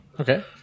Okay